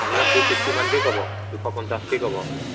আপোনাক two fifty মানকৈ ক'ব দুশ পঞ্চাছকেই ক'ব আপোনাক